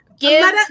Give